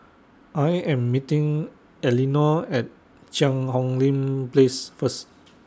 I Am meeting Elinore At Cheang Hong Lim Place First